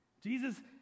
Jesus